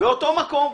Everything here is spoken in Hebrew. באותו מקום.